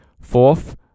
Fourth